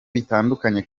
bitandukanye